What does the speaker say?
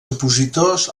opositors